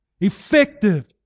Effective